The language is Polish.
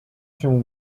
się